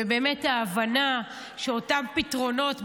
ובאמת ההבנה שאותם פתרונות בבית,